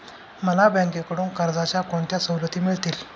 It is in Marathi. मला बँकेकडून कर्जाच्या कोणत्या सवलती मिळतील?